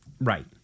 Right